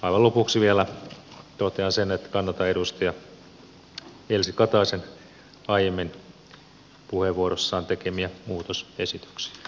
aivan lopuksi vielä totean sen että kannatan edustaja elsi kataisen aiemmin puheenvuorossaan tekemiä muutosesityksiä